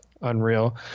unreal